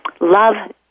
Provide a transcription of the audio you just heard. love